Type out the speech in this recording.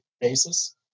basis